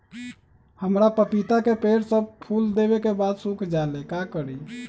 हमरा पतिता के पेड़ सब फुल देबे के बाद सुख जाले का करी?